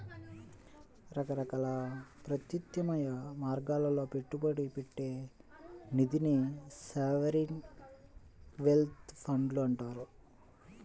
రకరకాల ప్రత్యామ్నాయ మార్గాల్లో పెట్టుబడి పెట్టే నిధినే సావరీన్ వెల్త్ ఫండ్లు అంటారు